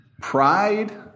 Pride